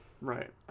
Right